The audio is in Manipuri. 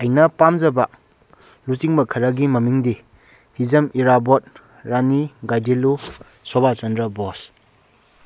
ꯑꯩꯅ ꯄꯥꯝꯖꯕ ꯂꯨꯆꯤꯡꯕ ꯈꯔꯒꯤ ꯃꯃꯤꯡꯗꯤ ꯍꯤꯖꯝ ꯏꯔꯥꯕꯣꯠ ꯔꯥꯅꯤ ꯒꯥꯏꯗꯤꯟꯂꯨ ꯁꯨꯕꯥꯁꯆꯟꯗ꯭ꯔ ꯕꯣꯁ